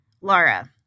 Laura